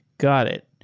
got it.